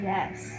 Yes